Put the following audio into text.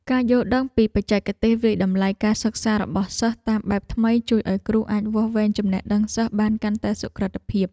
ការយល់ដឹងពីបច្ចេកទេសវាយតម្លៃការសិក្សារបស់សិស្សតាមបែបថ្មីជួយឱ្យគ្រូអាចវាស់វែងចំណេះដឹងសិស្សបានកាន់តែសុក្រឹតភាព។